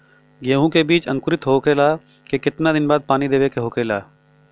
गेहूँ के बिज अंकुरित होखेला के कितना दिन बाद पानी देवे के होखेला?